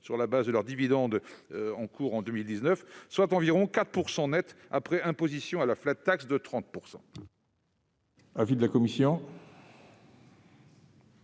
sur la base de leurs dividendes en cours en 2019, soit environ 4 % net après imposition à la de 30 %.